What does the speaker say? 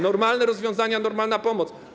Normalne rozwiązania, normalna pomoc.